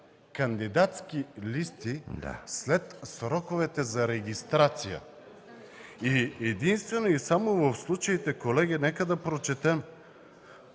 кандидатски листи след сроковете за регистрация. Единствено и само в случаите, колеги, нека да прочетем: